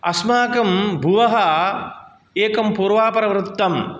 अस्माकं भुवः एकं पूर्वापरवृत्तं